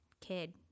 kid